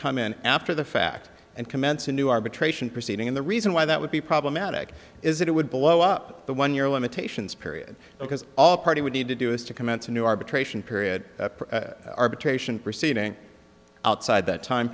come in after the fact and commence a new arbitration proceeding and the reason why that would be problematic is that it would blow up the one year limitations period because all the party would need to do is to commence a new arbitration period arbitration proceeding outside that time